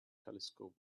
telescope